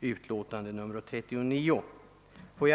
utlåtande nr 39.